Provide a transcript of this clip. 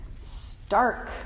Stark